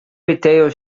retail